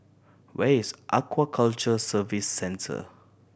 where is Aquaculture Services Center